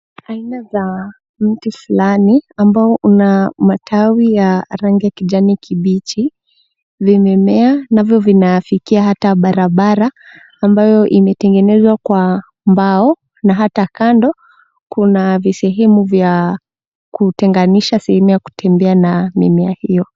Aina za mti fulani ambao una matawi ya rangi ya kijani kibichi, vimemea, navyo vinaafikia hata barabara ambayo imetengenezwa hata kwa mbao , na hata kando kuna visehemu vya kutenganisha sehemu ya kutembea na mimea hiyo.